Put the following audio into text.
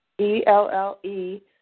E-L-L-E